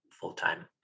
full-time